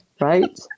Right